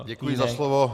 Děkuji za slovo.